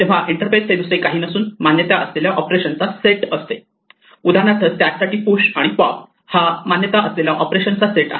तेव्हा इंटरफेस हे दुसरे काही नसून मान्यता असलेल्या ऑपरेशन चा सेट असते उदाहरणार्थ स्टॅकसाठी पुश आणि पॉप हा मान्यता असलेला ऑपरेशनचा सेट आहे